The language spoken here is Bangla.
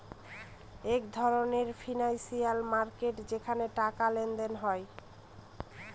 এক ধরনের ফিনান্সিয়াল মার্কেট যেখানে টাকার লেনদেন হয়